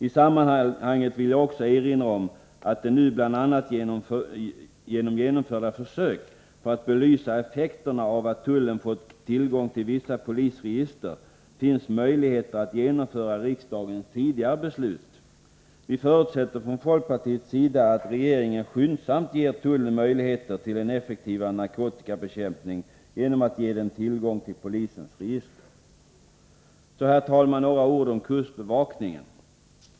I sammanhanget vill jag också erinra om att det nu, bl.a. genom att försök gjorts för att belysa effekterna av att tullen fått tillgång till vissa polisregister, finns möjligheter att genomföra riksdagens tidigare beslut. Vi förutsätter från folkpartiets sida att regeringen skyndsamt ger tullen möjligheter till en effektivare narkotikabekämpning genom att ge tullen tillgång till polisens register. Så, herr talman, några ord om kustbevakningen.